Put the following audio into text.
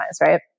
Right